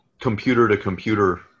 computer-to-computer